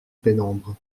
pénombre